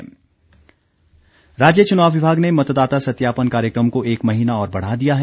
मतदात्ता सत्यापन राज्य चुनाव विभाग ने मतदाता सत्यापन कार्यक्रम को एक महीना और बढ़ा दिया है